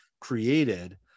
created